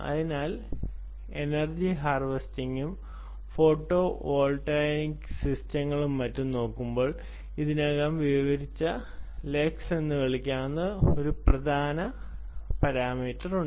അതിനാൽ എനർജി ഹാർവെസ്റ്റിംഗും ഫോട്ടോവോൾട്ടെയ്ക്ക് സിസ്റ്റങ്ങളും മറ്റും നോക്കുമ്പോൾ ഇതിനകം വിവരിച്ച ലക്സ് എന്ന് വിളിക്കുന്ന ഒരു പ്രധാന പാരാമീറ്റർ ഉണ്ട്